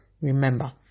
Remember